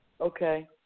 Okay